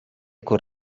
con